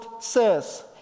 says